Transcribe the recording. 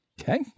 Okay